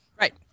Right